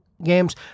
games